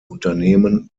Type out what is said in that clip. unternehmen